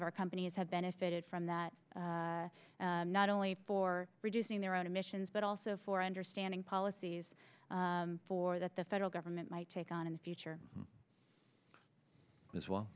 of our companies have benefited from that not only for reducing their own emissions but also for understanding policies for that the federal government might take on in the future as well